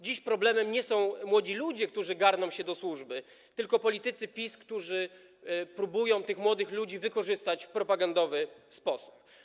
Dziś problemem nie są młodzi ludzie, którzy garną się do służby, tylko politycy PiS, którzy próbują tych młodych ludzi wykorzystać w propagandowy sposób.